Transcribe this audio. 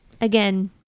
again